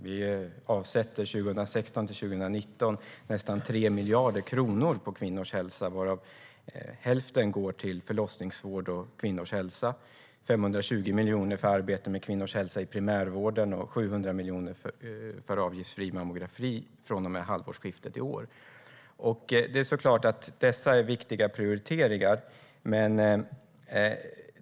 Vi avsätter 2016-2019 nästan 3 miljarder kronor på kvinnors hälsa, varav hälften går till förlossningsvård och kvinnors hälsa, 520 miljoner till arbete med kvinnors hälsa i primärvården och 700 miljoner för avgiftsfri mammografi från och med halvårsskiftet i år. Det är klart att dessa är viktiga prioriteringar.